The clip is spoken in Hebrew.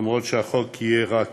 למרות שהחוק יהיה רק